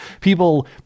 people